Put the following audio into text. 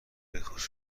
بخصوص